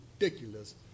ridiculous